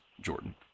Jordan